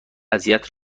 اذیت